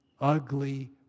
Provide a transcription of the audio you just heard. ugly